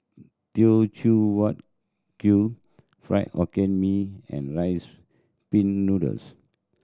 Teochew Huat Kuih Fried Hokkien Mee and Rice Pin Noodles